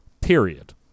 period